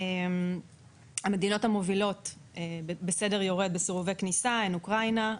המדינות המובילות בסדר יורד בסירובי כניסה הן אוקראינה,